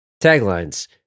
Taglines